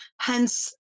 hence